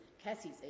Cassie's